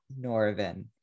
Norvin